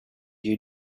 you